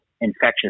infectious